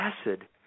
acid